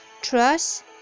Trust